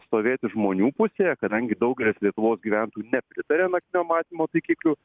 stovėti žmonių pusėje kadangi daugelis lietuvos gyventojų nepritaria naktinio matymo taikiklių